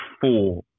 four